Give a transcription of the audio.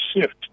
shift